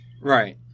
Right